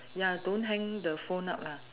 ya don't hang the phone up lah